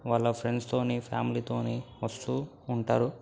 వాళ్ళ ఫ్రెండ్స్తో ఫ్యామిలీతో వస్తు ఉంటారు